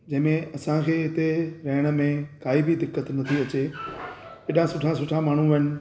जंहिंमें असांखे हिते रहण में काई बि दिक़त नथी अचे हेॾा सुठा सुठा माण्हू आहिनि